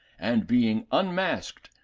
and, being unmasked,